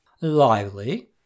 Lively